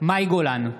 מאי גולן,